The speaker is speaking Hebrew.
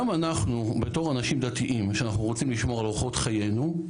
גם אנחנו בתור אנשים דתיים שאנחנו רוצים לשמור על אורחות חיינו,